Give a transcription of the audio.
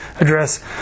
address